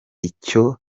icyo